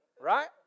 Right